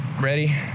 ready